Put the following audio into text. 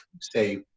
say